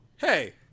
hey